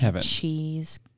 cheese